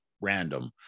random